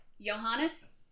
Johannes